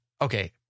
okay